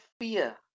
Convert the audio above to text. fear